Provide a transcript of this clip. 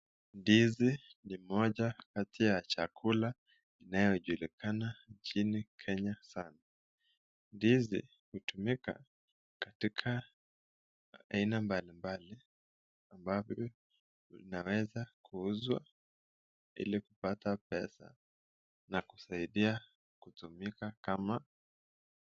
Ndizi ni moja kati ya chakula inayojulikana nchini kenya sana. Ndizi hutumika katika aina mbali mbali ambavyo inaeza kuuzwa ili kupata pesa na kusaidia kutumika kama chakula.